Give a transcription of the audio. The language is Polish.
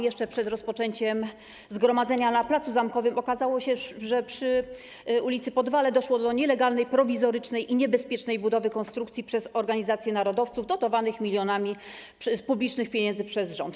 Jeszcze przed rozpoczęciem zgromadzenia na placu Zamkowym okazało się, że przy ul. Podwale doszło do nielegalnej, prowizorycznej i niebezpiecznej budowy konstrukcji przez organizację narodowców dotowanych milionami z publicznych pieniędzy przez rząd.